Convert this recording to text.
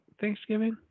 Thanksgiving